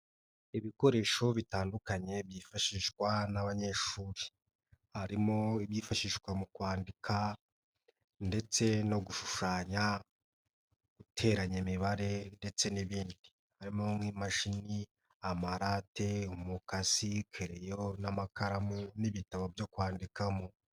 Ibikoresho bitandukanye byifashishwa n'abanyeshuri, harimo ibyifashishwa mu kwandika ndetse no gushushanyaranya, imibare ndetse n'ibindi harimo nk'imashini, amarate, umukasi, kereyo n'amakaramu n'ibitabo byo kwandikamo.